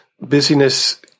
busyness